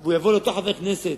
והוא יבוא לאותו חבר כנסת